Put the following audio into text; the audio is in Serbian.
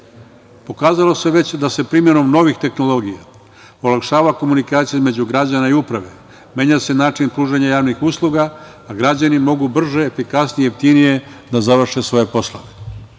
Pokazalo se već da se primenom novih tehnologija olakšava komunikacija između građana i uprave, menja se način pružanja javnih usluga, a građani mogu brže, efikasnije, jeftinije da završe svoje